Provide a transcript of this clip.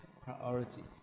priority